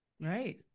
Right